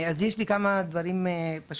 יש לי כמה דברים להבהיר.